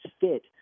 fit